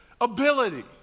ability